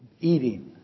eating